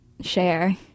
share